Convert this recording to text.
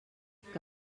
que